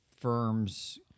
firms